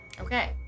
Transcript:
Okay